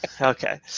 Okay